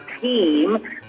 team